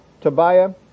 Tobiah